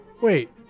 Wait